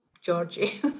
Georgie